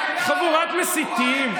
חבורת מסיתים.